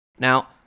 Now